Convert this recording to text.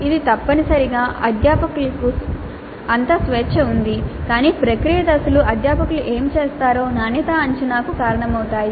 ఇది తప్పనిసరిగా అధ్యాపకులకు అంతా స్వేచ్ఛ ఉంది కాని ప్రక్రియ దశలు అధ్యాపకులు ఏమి చేస్తారో నాణ్యతా అంచనాకు కారణమవుతాయి